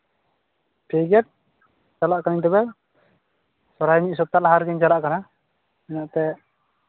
ᱴᱷᱤᱠ ᱜᱮᱭᱟ ᱪᱟᱞᱟᱜ ᱠᱟᱹᱱᱟᱹᱧ ᱛᱚᱵᱮ ᱥᱚᱨᱦᱟᱭ ᱢᱤᱫ ᱥᱚᱯᱛᱟ ᱞᱟᱦᱟ ᱨᱮᱜᱤᱧ ᱪᱟᱞᱟᱜ ᱠᱟᱱᱟ ᱤᱱᱟᱹᱜ ᱛᱮ